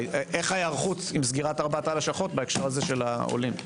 איך ההיערכות עם סגירת ארבע הלשכות בהקשר העולים.